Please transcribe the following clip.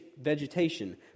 vegetation